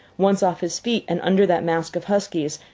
once off his feet and under that mass of huskies,